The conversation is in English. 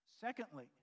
Secondly